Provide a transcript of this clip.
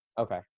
Okay